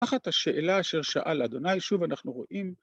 תחת השאלה אשר שאל לה', שוב אנחנו רואים